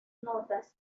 notas